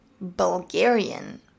Bulgarian